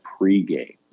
pregame